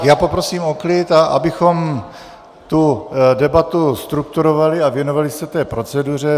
Já poprosím o klid, abychom tu debatu strukturovali a věnovali se proceduře.